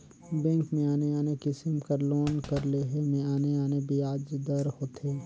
bank में आने आने किसिम कर लोन कर लेहे में आने आने बियाज दर होथे